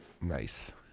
Nice